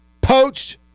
poached